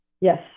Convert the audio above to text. Yes